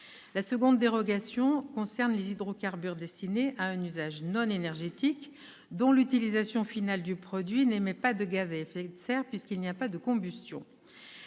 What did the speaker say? La seconde dérogation concerne les hydrocarbures destinés à un usage non énergétique dont l'utilisation finale du produit n'émet pas de gaz à effet de serre, puisqu'il n'y a pas de combustion.